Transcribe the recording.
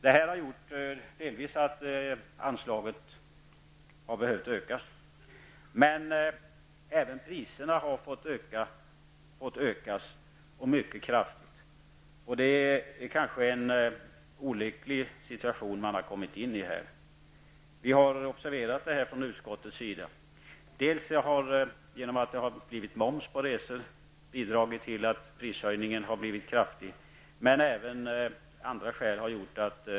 Detta har bidragit till att anslaget har behövt ökas. Men även priserna har fått höjas -- och mycket kraftigt. Det är kanske en olycklig situation som man har hamnat i. Vi har observerat detta från utskottets sida. Att det har blivit moms på resor har bidragit till att prishöjningen blivit kraftig, men även andra skäl har bidragit.